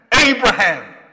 Abraham